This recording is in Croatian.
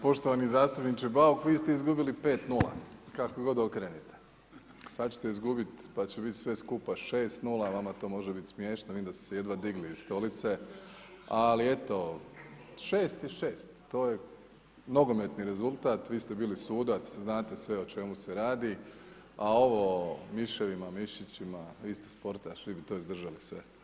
Poštovani zastupniče Bauk, vi ste izgubili 5:0 kako god okrenete, sad ćete izgubiti pa će bit sve skupa 6:0, vam to može biti smiješno, vidim da ste se jedva digli iz stolice ali eto, 6 je 6, to je nogometni rezultat, vi ste bili sudac, znate sve o čemu se radi, a ovo o miševima, mišićima, vi ste sportaš, vi bi to izdržali sve.